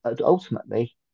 ultimately